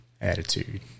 attitude